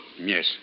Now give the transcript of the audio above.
Yes